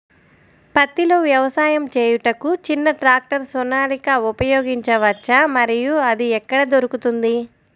పత్తిలో వ్యవసాయము చేయుటకు చిన్న ట్రాక్టర్ సోనాలిక ఉపయోగించవచ్చా మరియు అది ఎక్కడ దొరుకుతుంది?